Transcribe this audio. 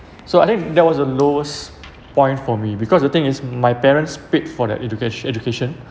so I think that was the lowest point for me because the thing is my parents paid for the educat~ education